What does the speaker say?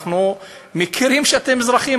אנחנו מכירים בזה שאתם אזרחים,